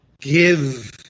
give